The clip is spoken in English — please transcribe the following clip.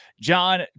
John